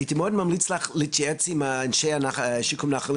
הייתי מאוד ממליץ לך להתייעץ עם אנשי שיקום הנחלים